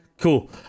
cool